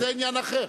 זה עניין אחר.